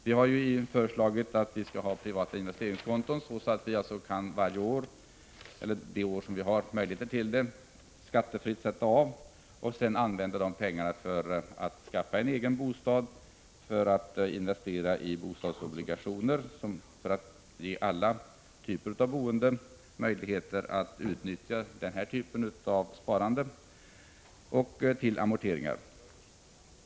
Vi har föreslagit att det skall införas privata investeringskonton på vilka man kan göra skattefria avsättningar de år man har möjlighet till detta. Pengarna kan sedan användas för att skaffa en egen bostad eller för att investera i bostadsobligationer, detta för att man i alla typer av boende skall ha möjligheter att utnyttja denna form av sparande. Dessutom bör de kunna användas till amorteringar.